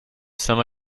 some